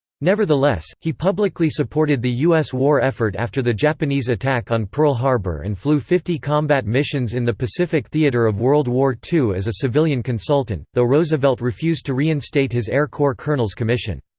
nevertheless, he publicly supported the u s. war effort after the japanese attack on pearl harbor and flew fifty combat missions in the pacific theater of world war ii as a civilian consultant, though roosevelt refused to reinstate his air corps colonel's commission.